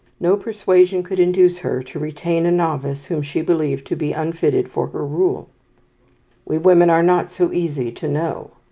no persuasion could induce her to retain a novice whom she believed to be unfitted for her rule we women are not so easy to know,